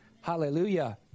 Hallelujah